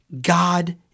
God